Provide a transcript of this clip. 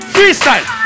Freestyle